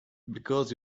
because